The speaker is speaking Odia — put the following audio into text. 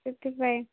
ସେଥିପାଇଁ